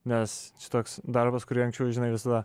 nes toks darbas kurį anksčiau žinai visada